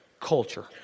culture